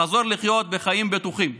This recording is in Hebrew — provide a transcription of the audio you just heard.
לחזור לחיות חיים בטוחים.